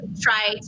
try